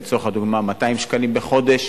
לצורך הדוגמה, 200 שקלים בחודש,